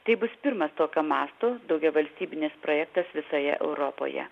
tai bus pirmas tokio masto daugiavalstybinis projektas visoje europoje